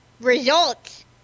Results